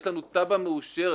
יש לנו תב"ע מאושרת,